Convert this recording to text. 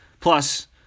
plus